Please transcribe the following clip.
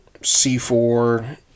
C4